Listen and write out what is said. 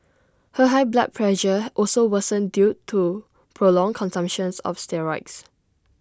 her high blood pressure also worsened due to prolonged consumptions of steroids